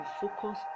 focus